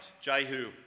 Jehu